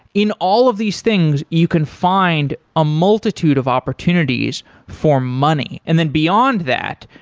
in all of these things you can find a multitude of opportunities for money. and then beyond that,